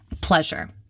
pleasure